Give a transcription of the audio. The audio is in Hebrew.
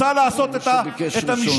רוצה לעשות את המשנה